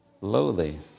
lowly